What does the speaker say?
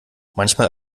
manchmal